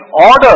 order